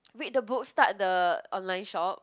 read the book start the online shop